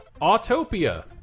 Autopia